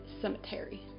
Cemetery